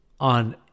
On